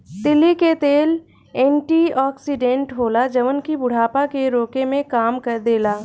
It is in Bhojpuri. तीली के तेल एंटी ओक्सिडेंट होला जवन की बुढ़ापा के रोके में काम देला